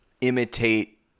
imitate –